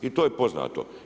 I to je poznato.